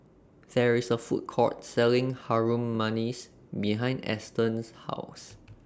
There IS A Food Court Selling Harum Manis behind Eston's House